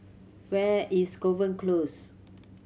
where is Kovan Close